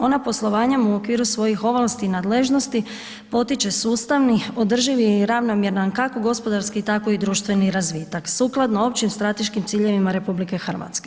Ona poslovanjem u okviru svojih ovlasti i nadležnosti potiče sustavni održivi i ravnomjeran kako gospodarski tako i društveni razvitak sukladno općim strateškim ciljevima RH.